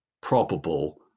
probable